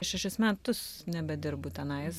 šešis metus nebedirbu tenais